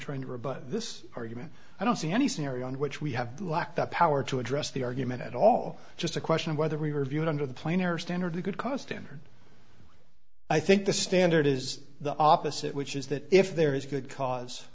trying to rebut this argument i don't see any scenario in which we have lacked the power to address the argument at all just a question of whether we were viewed under the plane or standard a good cause standard i think the standard is the opposite which is that if there is a good cause